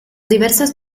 diversas